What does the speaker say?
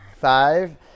Five